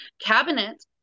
cabinet